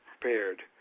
prepared